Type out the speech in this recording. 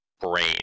brain